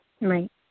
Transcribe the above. right